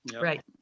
Right